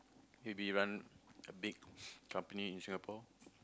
maybe run a big company in Singapore